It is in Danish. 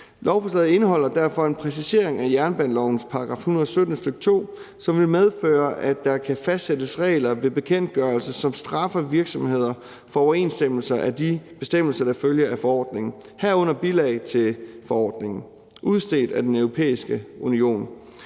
Lovforslaget indeholder derfor en præcisering af jernbanelovens § 117, stk. 2, som vil medføre, at der kan fastsættes regler ved bekendtgørelse, som straffer virksomheder for uoverensstemmelser med de bestemmelser, der følger af forordningen, herunder bilag til forordningen udstedt af Den Europæiske Union.